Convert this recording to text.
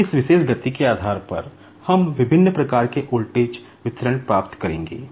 तो इस विशेष गति के आधार पर हम विभिन्न प्रकार के वोल्टेज वितरण प्राप्त करेंगे